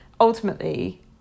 ultimately